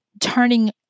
turning